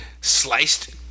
sliced